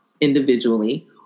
individually